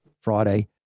Friday